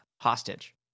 hostage